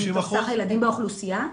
הילדים באוכלוסייה?